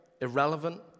irrelevant